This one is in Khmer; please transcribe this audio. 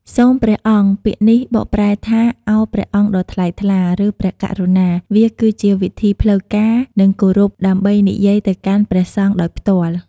សូមព្រះអង្គ ពាក្យនេះបកប្រែថា "ឱព្រះអង្គដ៏ថ្លៃថ្លា" ឬ "ព្រះករុណា" វាគឺជាវិធីផ្លូវការ និងគោរពដើម្បីនិយាយទៅកាន់ព្រះសង្ឃដោយផ្ទាល់។